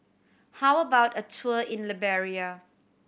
how about a tour in Liberia